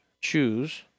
choose